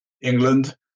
England